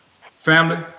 Family